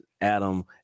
Adam